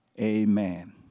Amen